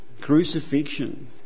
Crucifixion